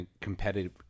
competitive